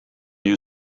you